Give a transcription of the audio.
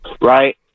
right